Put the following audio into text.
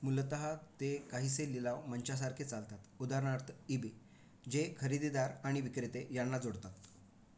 मूलतः ते काहीसे लिलाव मंच्यासारखे चालतात उदाहरणार्थ इबी जे खरेदीदार आणि विक्रिते यांना जोडतात